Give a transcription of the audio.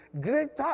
Greater